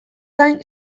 gain